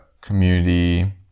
community